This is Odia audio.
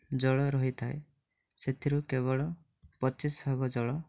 ଜଳ ରହିଥାଏ ସେଥିରୁ କେବଳ ପଚିଶ ଭାଗ ଜଳ